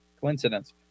Coincidence